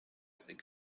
six